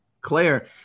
Claire